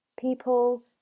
people